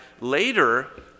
later